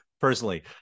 personally